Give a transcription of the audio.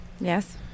Yes